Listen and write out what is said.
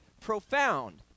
profound